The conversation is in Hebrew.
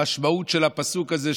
המשמעות של הפסוק הזה,